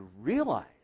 Realize